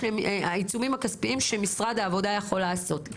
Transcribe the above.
והעיצומים הכספיים שמשרד העבודה יכול לעשות.